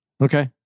Okay